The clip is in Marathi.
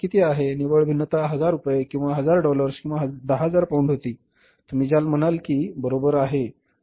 निव्वळ भिन्नता 1000 रुपये किंवा 1000 डॉलर्स किंवा 10000 पौंड होती तुम्ही ज्याला म्हणाल ते बरोबर आहे ना